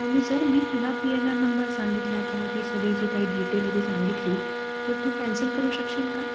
मी जर मी तुला पी एन आर नंबर सांगितला किंवा ती सगळी जी काही डिटेल आहे ती सांगितली तर तू कॅन्सल करू शकशील का